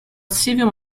civil